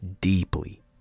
deeply